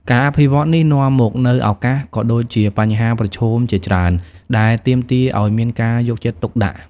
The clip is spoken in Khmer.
ការអភិវឌ្ឍនេះនាំមកនូវឱកាស ក៏ដូចជាបញ្ហាប្រឈមជាច្រើនដែលទាមទារឲ្យមានការយកចិត្តទុកដាក់។